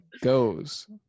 goes